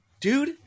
dude